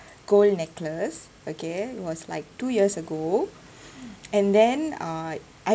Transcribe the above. gold necklace okay was like two years ago and then uh